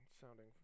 sounding